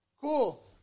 cool